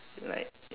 then like